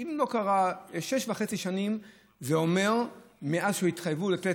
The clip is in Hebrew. שאם לא קרה שש וחצי שנים מאז שהתחייבו לתת,